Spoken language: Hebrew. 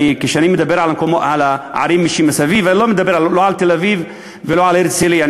כשאני מדבר על הערים שמסביב אני מדבר לא על תל-אביב ולא על הרצלייה,